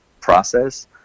process